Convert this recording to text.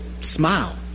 smile